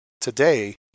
Today